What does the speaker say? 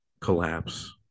collapse